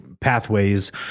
pathways